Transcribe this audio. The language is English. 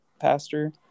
pastor